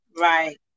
Right